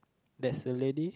there's a lady